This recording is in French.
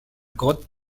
grotte